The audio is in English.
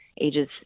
ages